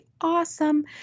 awesome